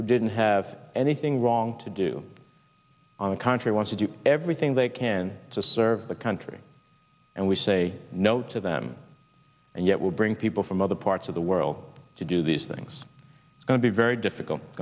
who didn't have anything wrong to do on a country want to do everything they can to serve the country and we say no to them and yet will bring people from other parts of the world to do these things are going to be very difficult